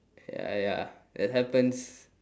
ya ya it happens